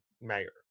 mayor